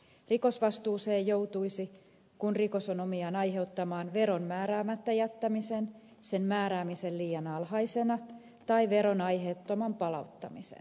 rikosvastuuseen joutuisi kun rikos on omiaan aiheuttamaan veron määräämättä jättämisen sen määräämisen liian alhaisena tai veron aiheettoman palauttamisen